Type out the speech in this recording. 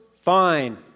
fine